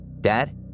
Dad